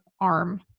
arm